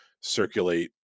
circulate